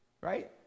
right